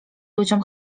ludziom